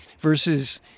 versus